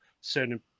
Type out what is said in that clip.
certain